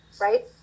Right